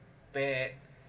bad